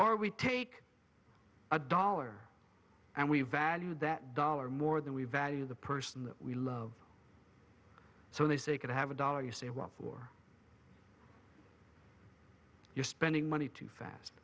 are we take a dollar and we value that dollar more than we value the person we love so they say could have a dollar you say well for your spending money too fast